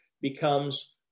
becomes